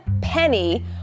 penny